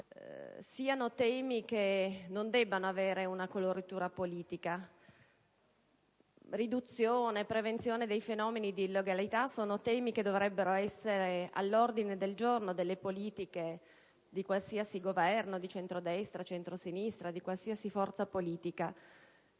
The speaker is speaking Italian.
siano temi che non debbano avere una coloritura politica. Quelli della riduzione e della prevenzione dei fenomeni di illegalità sono temi che dovrebbero essere all'ordine del giorno delle politiche di qualsiasi Governo, di centrodestra o di centrosinistra, e di qualsiasi forza politica.